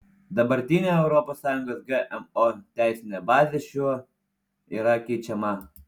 dabartinė europos sąjungos gmo teisinė bazė šiuo yra keičiama